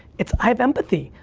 it's, i have empathy.